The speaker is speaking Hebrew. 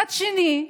מצד שני,